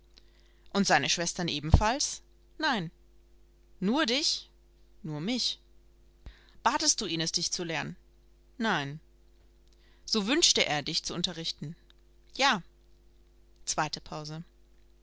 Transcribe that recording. und seine schwestern ebenfalls nein nur dich nur mich batest du ihn es dich zu lehren nein so wünschte er dich zu unterrichten ja zweite pause